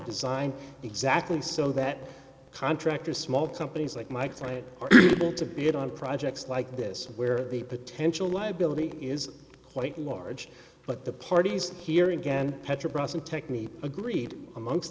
design exactly so that contractors small companies like mike try to bid on projects like this where the potential liability is quite large but the parties here again petra bronson technique agreed amongst